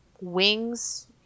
wings